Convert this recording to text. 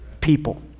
people